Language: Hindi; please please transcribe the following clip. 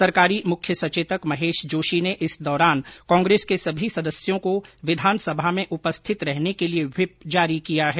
सरकारी मुख्य सचेतक महेश जोशी ने इस दौरान कांग्रेस के सभी सदस्यों को विधानसभा में उपस्थित रहने के लिए व्हिप जारी किया है